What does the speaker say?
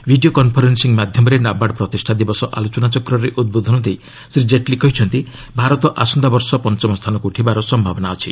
video conferencing ମାଧ୍ୟମରେ NABARD ପ୍ରତିଷ୍ଠା ଦିବସ ଆଲୋଚନାଚକ୍ରରେ ଉଦ୍ବୋଧନ ଦେଇ ଶ୍ରୀ ଜେଟଲୀ କହିଛନ୍ତି ଭାରତ ଆସନ୍ତା ବର୍ଷ ପଞ୍ଚମ ସ୍ଥାନକୁ ଉଠିବାର ସମ୍ଭାବନା ରହିଛି